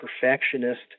Perfectionist